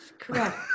correct